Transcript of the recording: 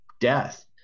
death